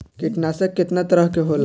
कीटनाशक केतना तरह के होला?